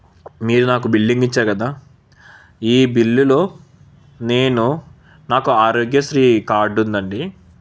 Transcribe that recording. మీరు నాకు బిల్లింగ్ ఇచ్చారు కదా ఈ బిల్లులో నేను నాకు ఆరోగ్యశ్రీ కార్డు ఉందండి